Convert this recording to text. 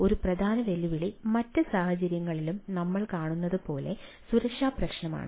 ഒരു പ്രധാന വെല്ലുവിളി മറ്റ് സാഹചര്യങ്ങളിലും നമ്മൾ കാണുന്നത് പോലെ സുരക്ഷാ പ്രശ്നങ്ങളാണ്